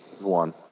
One